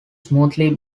smoothly